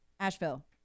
Asheville